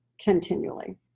continually